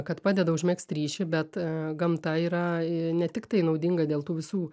kad padeda užmegzt ryšį bet gamta yra ne tiktai naudinga dėl tų visų